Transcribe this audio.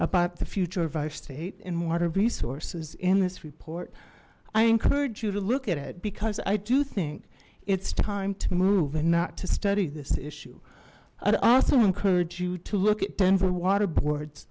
about the future of our state and water resources in this report i encourage you to look at it because i do think it's time to move and not to study this issue i'd also encourage you to look at denver water board